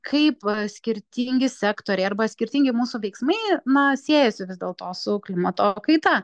kaip skirtingi sektoriai arba skirtingi mūsų veiksmai na siejasi vis dėlto su klimato kaita